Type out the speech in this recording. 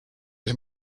les